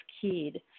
keyed